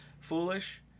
foolish